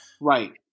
Right